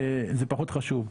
זה פחות חשוב,